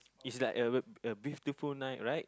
is like a a beautiful night right